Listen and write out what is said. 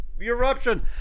Eruption